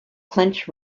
clinch